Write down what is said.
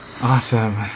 Awesome